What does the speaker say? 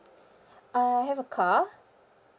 I have a car